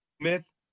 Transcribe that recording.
Smith